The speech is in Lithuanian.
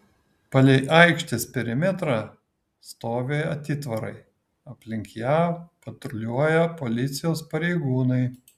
palei aikštės perimetrą stovi atitvarai aplink ją patruliuoja policijos pareigūnai